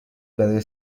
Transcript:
برای